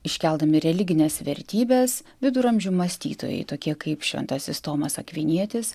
iškeldami religines vertybes viduramžių mąstytojai tokie kaip šventasis tomas akvinietis